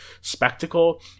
spectacle